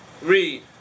Read